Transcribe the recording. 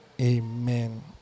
Amen